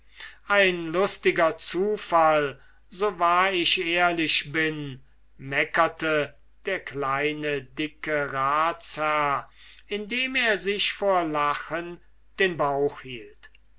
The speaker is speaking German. ein lustiger zufall so wahr ich ehrlich bin sagte der kleine dicke ratsherr indem er sich vor lachen den bauch hielt